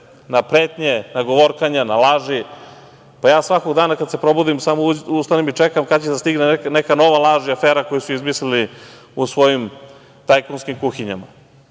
na pretnje, na govorkanja, na laži. Svakog dana kada se probudim, samo ustanem i čekam kada će da stigne neka nova laž i afera koju su izmislili u svojim tajkunskim kuhinjama.